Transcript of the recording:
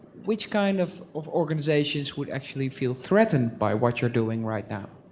which kind of of organizations would actually feel threatened by what you're doing right now?